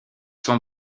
sont